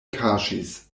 kaŝis